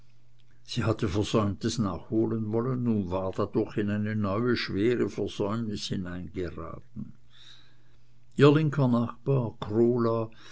sie hatte versäumtes nachholen wollen und war dadurch in eine neue schwerere versäumnis hineingeraten ihr linker nachbar krola